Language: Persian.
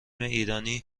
ایرانی